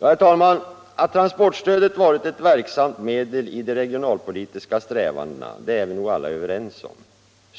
Herr talman! Att transportstödet varit ett verksamt medel i de regionalpolitiska strävandena är vi nog alla överens om.